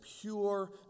pure